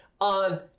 on